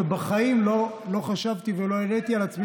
ובחיים לא חשבתי ולא העליתי על דעתי,